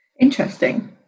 Interesting